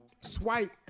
swipe